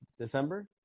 December